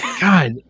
God